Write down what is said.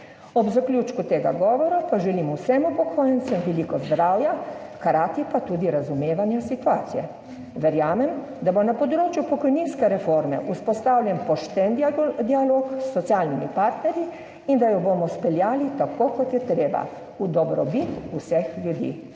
Ob zaključku tega govora pa želim vsem upokojencem veliko zdravja, hkrati pa tudi razumevanja situacije. Verjamem, da bo na področju pokojninske reforme vzpostavljen pošten dialog s socialnimi partnerji in da jo bomo speljali tako, kot je treba, v dobrobit vseh ljudi.